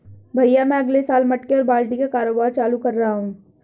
भैया मैं अगले साल मटके और बाल्टी का कारोबार चालू कर रहा हूं